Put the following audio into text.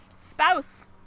Spouse